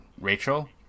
Rachel